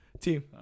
team